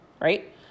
right